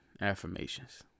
affirmations